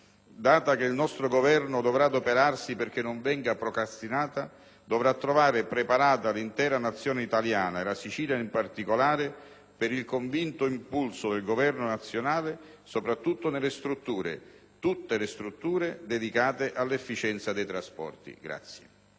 (data che il nostro Governo dovrà curare non venga procrastinata) dovrà trovare preparata l'intera Nazione italiana, e la Sicilia in particolare, per il convinto impulso del Governo nazionale, soprattutto nelle strutture, tutte le strutture dedicate all'efficienza dei trasporti.